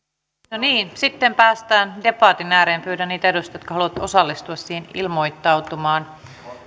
no niin sitten päästään debatin ääreen pyydän niitä edustajia jotka haluavat osallistua siihen ilmoittautumaan